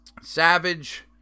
Savage